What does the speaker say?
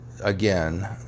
Again